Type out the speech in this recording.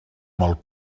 molt